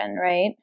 right